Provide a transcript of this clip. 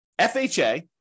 FHA